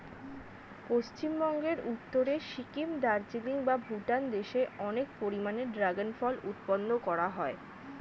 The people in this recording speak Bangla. পশ্চিমবঙ্গের উত্তরে সিকিম, দার্জিলিং বা ভুটান দেশে অনেক পরিমাণে ড্রাগন ফল উৎপাদন করা হয়